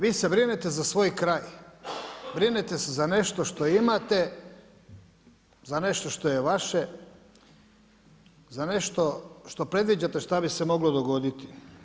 Vi se brinete za svoj kraj, vi se brinete za nešto što imate, za nešto što je vaše, za nešto šta predviđate šta bi se moglo dogoditi.